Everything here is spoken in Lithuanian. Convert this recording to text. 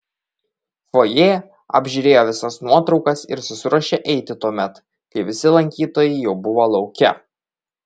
fojė apžiūrėjo visas nuotraukas ir susiruošė eiti tuomet kai visi lankytojai jau buvo lauke